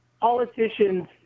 politicians –